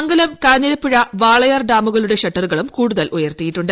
മംഗലം കാഞ്ഞിരപ്പുഴ വാളയാർ ഡാമുകളുടെ ഷട്ടറുകളും കൂടുതൽ ഉയർത്തിയിട്ടുണ്ട്